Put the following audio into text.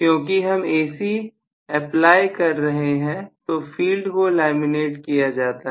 क्योंकि हम AC apply कर रहे हैं तो फील्ड को लैमिनेट किया जाता है